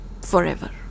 forever